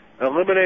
Eliminate